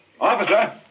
Officer